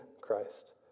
Christ